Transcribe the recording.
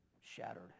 shattered